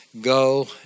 Go